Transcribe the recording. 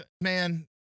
man